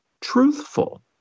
truthful